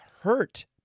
hurt